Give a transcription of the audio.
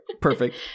Perfect